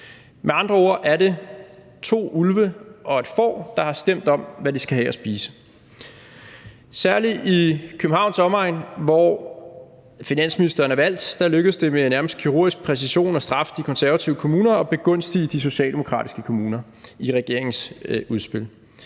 Med andre ord er det to ulve og et får, der har stemt om, hvad de skal have at spise. Særlig i Københavns omegn, hvor finansministeren er valgt, lykkedes det med nærmest kirurgisk præcision at straffe de konservative kommuner og begunstige de socialdemokratiske kommuner i regeringens udspil.